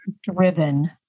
driven